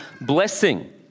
blessing